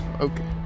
okay